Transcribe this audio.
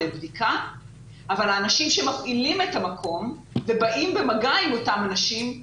לבדיקה אבל האנשים שמפעילים את המקום ובאים במגע עם אותם אנשים,